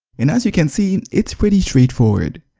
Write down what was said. and, as you can see, it's pretty straightforward!